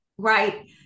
right